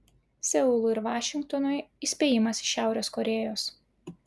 seului ir vašingtonui įspėjimas iš šiaurės korėjos